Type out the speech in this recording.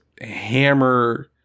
hammer